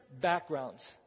backgrounds